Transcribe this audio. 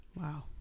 Wow